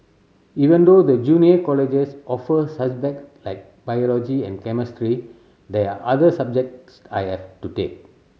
even though the junior colleges offer like biology and chemistry there are other subjects I have to take